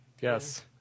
Yes